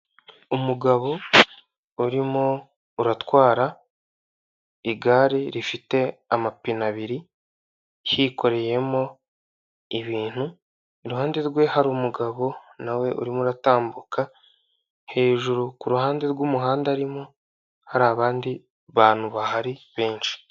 Umugabo urimo uratwara igare rifite amapine abiri, hikoreyemo ibintu, iruhande rwe hari umugabo nawe urimo uratambuka hejuru ku ruhande rw'umuhanda arimo hari abandi bantu bahari benshi.